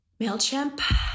MailChimp